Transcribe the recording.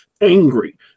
angry